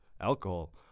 alcohol